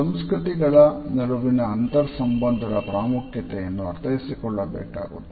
ಸಂಸ್ಕೃತಿಗಳ ನಡುವಿನ ಅಂತರ್ ಸಂಬಂಧದ ಪ್ರಾಮುಖ್ಯತೆಯನ್ನು ಅರ್ಥೈಸಿಕೊಳ್ಳಬೇಕಾಗುತ್ತದೆ